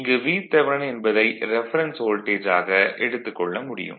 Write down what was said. இங்கு Vth என்பதை reference வோல்டேஜாக எடுத்துக் கொள்ள முடியும்